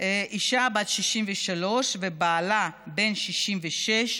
האישה בת 63 ובעלה בן 66,